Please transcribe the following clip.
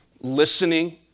listening